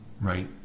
right